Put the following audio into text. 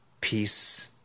peace